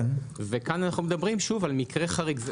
וכאן אנחנו מדברים, שוב, על מקרה חריג.